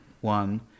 one